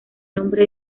nombre